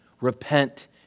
repent